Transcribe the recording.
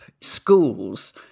schools